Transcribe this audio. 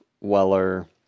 Weller